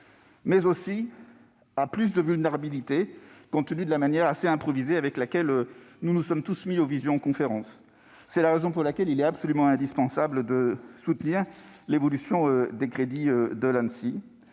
mais aussi à plus de vulnérabilité, compte tenu de la manière assez improvisée avec laquelle nous nous sommes tous mis aux visioconférences. C'est la raison pour laquelle il est absolument indispensable de soutenir l'évolution des crédits de l'Anssi.